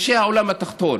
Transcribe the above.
אנשי העולם התחתון,